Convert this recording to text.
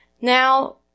Now